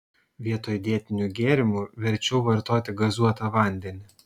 vietoj dietinių gėrimų verčiau vartoti gazuotą vandenį